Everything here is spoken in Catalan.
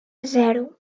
zero